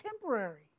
temporary